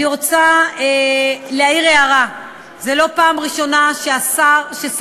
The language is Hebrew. אני רוצה להעיר הערה: זו לא פעם ראשונה ששר